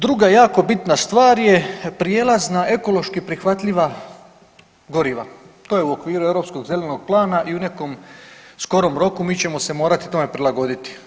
Druga jako bitna stvar je prijelaz na ekološki prihvatljiva goriva, to je u okviru Europskog zelenog plana i u nekom skorom roku mi ćemo se morati tome prilagoditi.